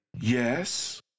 Yes